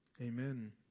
Amen